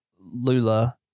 Lula